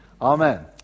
Amen